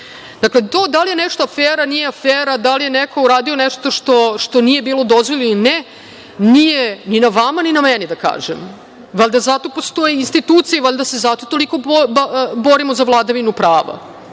To, da li je nešto afera ili nije afera, da li je neko uradi nešto što nije bilo dozvoljeno ili ne, nije ni na vama ni na meni da kažem. Valjda zato postoje institucije, valjda se zato toliko borimo za vladavinu prava.